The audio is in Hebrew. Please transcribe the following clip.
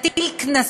נשים את זה בצד,